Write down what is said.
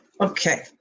Okay